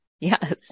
Yes